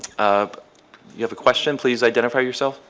ah you have a question? please identify yourself.